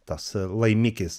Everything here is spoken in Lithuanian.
tas laimikis